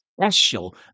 special